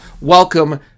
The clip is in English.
Welcome